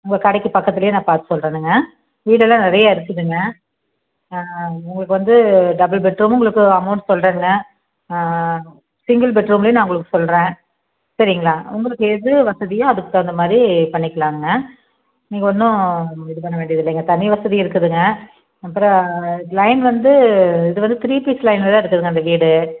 உங்கள் கடைக்கு பக்கத்தில் நான் பார்த்து சொல்கிறேனுங்க வீடெல்லாம் நிறைய இருக்குதுங்க உங்களுக்கு வந்து டபிள் பெட் ரூம் உங்களுக்கு அமௌண்ட் சொல்கிறேங்க சிங்கிள் பெட்ரூம்லேயும் நான் உங்களுக்கு சொல்கிறேன் சரிங்களா உங்களுக்கு எது வசதியோ அதுக்கு தகுந்த மாதிரி பண்ணிக்கலாங்க நீங்கள் ஒன்றும் இது பண்ண வேண்டியதில்லைங்க தண்ணீ வசதி இருக்குதுங்க அப்புறோம் லயன் வந்து இது வந்து த்ரீ பீஸ் லயனில் தான் இருக்குதுங்க அந்த வீடு